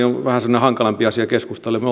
on vähän semmoinen hankalampi asia keskustalle me